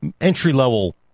entry-level